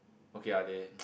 okay ah they